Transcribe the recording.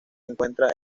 encuentra